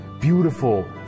beautiful